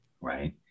right